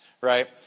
right